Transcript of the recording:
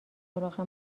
سراغ